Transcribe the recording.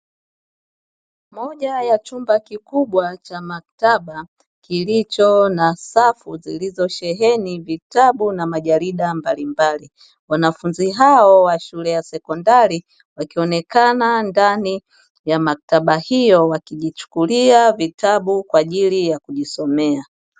Moja ya chumba kikubwa cha maktaba kilicho na safu zilizosheheni vitabu na majarida mbali mbali, wanafunzi hao wa shule ya sekondari wakionekana ndani ya maktaba hiyo wakijikulia vitabu kwa ajili ya kujisomea.